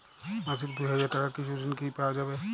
মাসিক দুই হাজার টাকার কিছু ঋণ কি পাওয়া যাবে?